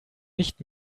nicht